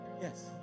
Yes